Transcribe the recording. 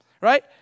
right